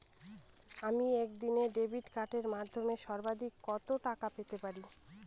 আমি একদিনে ডেবিট কার্ডের মাধ্যমে সর্বাধিক কত টাকা পেতে পারি?